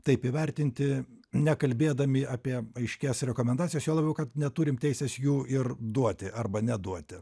taip įvertinti nekalbėdami apie aiškės rekomendacijas juo labiau kad neturime teisės jų ir duoti arba neduoti